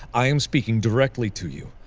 i am speaking directly to you.